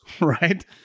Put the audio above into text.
right